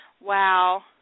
Wow